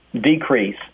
decrease